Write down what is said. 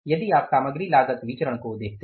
यदि आप सामग्री लागत विचरण को देखते हैं